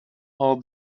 all